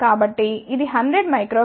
కాబట్టి ఇది 100 uF